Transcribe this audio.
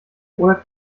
oder